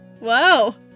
wow